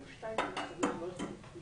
התש"ף 2020. אנחנו תיכף נשמע את שי ברמן,